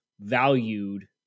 valued